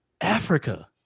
Africa